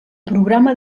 programa